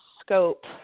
scope